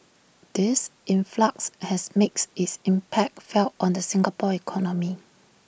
this influx has makes its impact felt on the Singapore economy